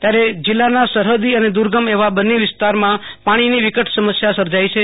ત્યારે જિલ્લાના સરહદી અને દુર્ગમ એવા બન્ની વિસ્તારમાં પાણીની વિકટ સમસ્યા સર્જાઈ છે